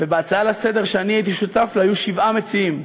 ובהצעה לסדר-היום שאני הייתי שותף לה היו שבעה מציעים.